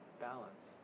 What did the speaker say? balance